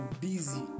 busy